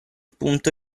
punto